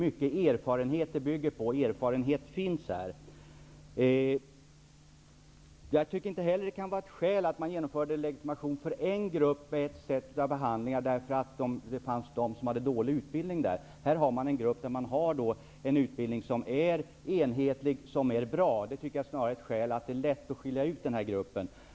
Det hela bygger mycket på erfarenhet -- och här finns erfarenhet. När det gäller införandet av legitimation för en grupp och ett behandlingssätt tycker jag inte att man får bygga på skälet att det finns personer med dålig utbildning. Här har vi en grupp som har en enhetlig och bra utbildning. Jag tycker snarare att det utgör ett skäl för att det är lätt att skilja ut denna grupp.